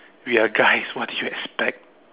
we are guys what did you expect